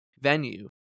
venue